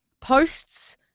posts